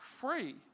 free